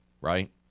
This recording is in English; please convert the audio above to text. right